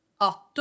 Otto